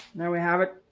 there we have it.